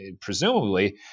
presumably